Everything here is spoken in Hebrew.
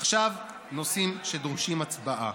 עכשיו נושאים שדורשים הצבעה.